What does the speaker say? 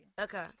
okay